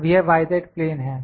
अब यह y z plane है